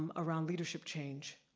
um around leadership change.